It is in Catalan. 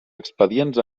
expedients